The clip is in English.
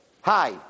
Hi